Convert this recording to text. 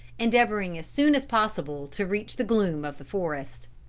endeavoring as soon as possible to reach the gloom of the forest.